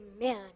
amen